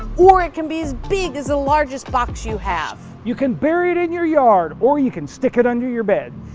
or it can be as big as a largest box you have. you can bury it in your yard or you can stick it under your bed.